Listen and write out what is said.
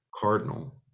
Cardinal